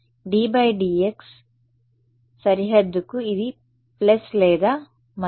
ddx కుడి చేతి సరిహద్దుకి ఇది ప్లస్ లేదా మైనసా